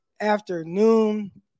afternoon